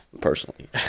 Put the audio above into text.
Personally